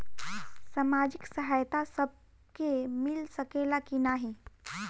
सामाजिक सहायता सबके मिल सकेला की नाहीं?